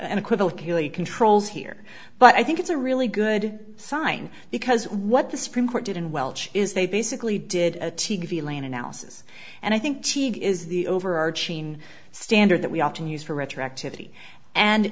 kuli controls here but i think it's a really good sign because what the supreme court did in welsh is they basically did a t v land analysis and i think it is the overarching standard that we often use for retroactivity and